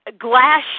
glass